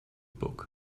book